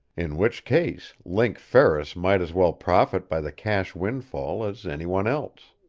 in which case link ferris might as well profit by the cash windfall as anyone else.